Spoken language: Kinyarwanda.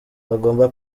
bagomba